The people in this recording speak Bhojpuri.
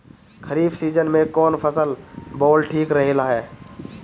खरीफ़ सीजन में कौन फसल बोअल ठिक रहेला ह?